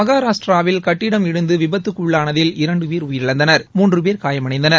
மகாராஷ்டிராவில் கட்டிடம் இடிந்து விபத்துக்குள்ளானதில் இரண்டு பேர் உயிரிழந்தனர் மூன்று பேர் காயமடைந்தனர்